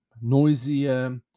noisier